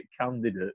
candidate